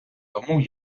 тому